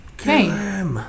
Okay